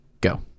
Go